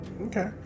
Okay